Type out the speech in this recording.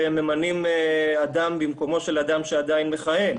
שממנים אדם במקומו של אדם שעדיין מכהן.